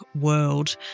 World